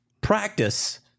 Practice